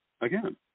again